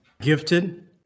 gifted